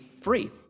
free